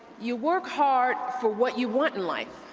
you work hard for what you want in life.